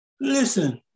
Listen